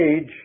age